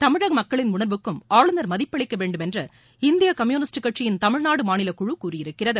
தமிழக மக்களின் உணர்வுக்கும் ஆளுநர் மதிப்பளிக்க வேண்டும் என்று இந்திய கம்யூனிஸ்ட் கட்சியின் தமிழ்நாடு மாநிலக்குழு கூறியிருக்கிறது